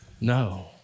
No